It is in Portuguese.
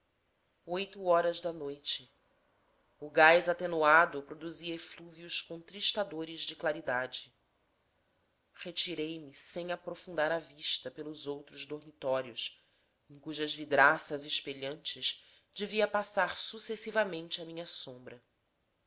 oito horas da noite o gás atenuado produzia eflúvios contristadores de claridade retirei-me sem aprofundar a vista pelos outros dormitórios em cujas vidraças espelhantes devia passar sucessivamente a minha sombra